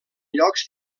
llocs